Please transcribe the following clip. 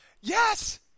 Yes